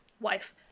wife